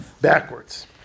backwards